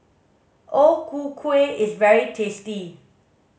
O ku kueh is very tasty